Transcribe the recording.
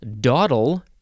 dawdle